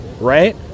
right